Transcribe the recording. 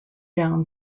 down